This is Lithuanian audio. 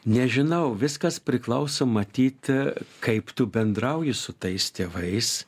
nežinau viskas priklauso matyt kaip tu bendrauji su tais tėvais